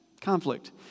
Conflict